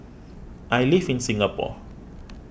I live in Singapore